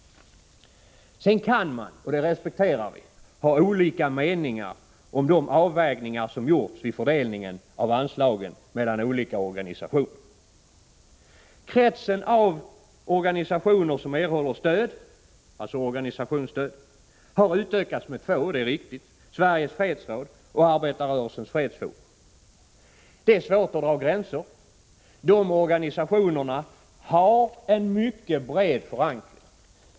Sedan kan man — och det respekterar vi — ha olika meningar om de avvägningar som gjorts vid fördelningen av anslag mellan olika organisationer. Det är riktigt att kretsen av organisationer som erhåller stöd har utökats med två — Sveriges fredsråd och Arbetarrörelsens fredsforum. Det är svårt att dra gränser, men dessa organisationer har en mycket bred förankring.